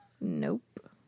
Nope